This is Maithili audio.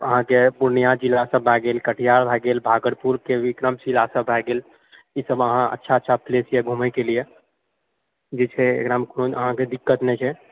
अहाँकेँ पूर्णिया जिला सभ भए गेल कटिहार भए गेल भागलपुरकेँ विक्रमशिला सभ भए गेल ई सब अहाँ अच्छा अच्छा प्लेस यऽ घुमएकें लिए जे छै एकरामे कोन अहाँकऽ दिक्कत नहि छै